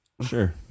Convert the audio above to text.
Sure